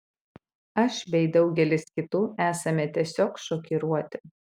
aš bei daugelis kitų esame tiesiog šokiruoti